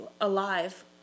alive